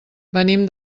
venim